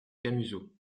camusot